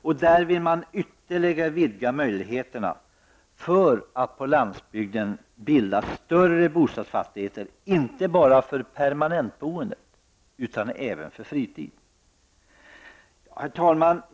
Där vill man ytterligare vidga möjligheterna att på landsbygden bilda större bostadsfastigheter inte bara för permanentboende utan även för fritid.